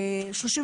35